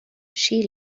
she